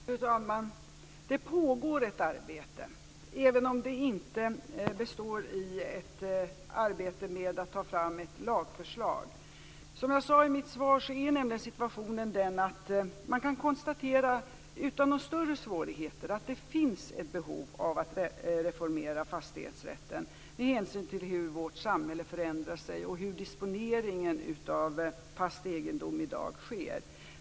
Fru talman! Det pågår ett arbete även om det inte består i ett arbete med att ta fram ett lagförslag. Som jag sade i mitt svar är situationen den att man utan några större svårigheter kan konstatera att det finns ett behov av att reformera fastighetsrätten med hänsyn till hur vårt samhälle förändrar sig och hur disponeringen av fast egendom i dag sker.